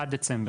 עד דצמבר.